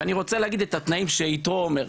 ואני רוצה להגיד את התנאים שיתרו אומר,